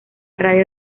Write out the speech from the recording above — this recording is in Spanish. radio